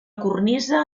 cornisa